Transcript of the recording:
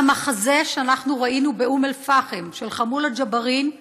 את המחזה שראינו באום אל-פחם, של חמולת ג'בארין,